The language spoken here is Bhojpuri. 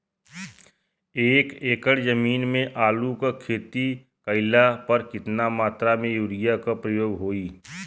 एक एकड़ जमीन में आलू क खेती कइला पर कितना मात्रा में यूरिया क प्रयोग होई?